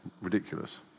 ridiculous